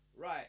right